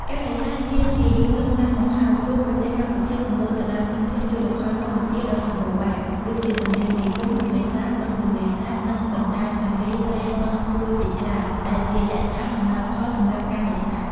ការនេសាទ មានជាយូរលង់ណាស់មកហើយ ព្រោះប្រទេសកម្ពុជាសម្បូរទៅដោយធនធានជលផលធម្មជាតិដ៏សម្បូរបែប ដូចជាទន្លេមេគង្គ ទន្លេសាប បឹងទន្លេសាប និងបណ្ដាញទន្លេ ព្រែក បឹងបួជាច្រើន ដែលជាលក្ខខណ្ឌអំណោយផលសម្រាប់ការនេសាទ។